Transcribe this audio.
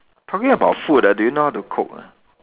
talking about food ah do you know how to cook ah